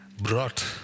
brought